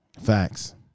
Facts